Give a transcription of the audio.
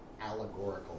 allegorical